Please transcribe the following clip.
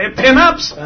pinups